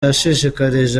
yashishikarije